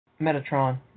Metatron